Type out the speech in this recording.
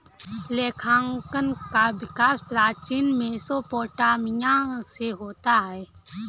लेखांकन का विकास प्राचीन मेसोपोटामिया से होता है